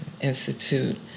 institute